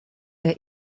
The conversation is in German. der